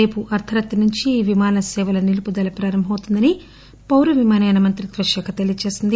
రేపు అర్దరాత్రి నుంచి ఈ విమాన సేవల నిలుపుదల ప్రారంభమవుతుందని పౌర విమానయాన మంత్రిత్వ శాఖ తెలియజేసింది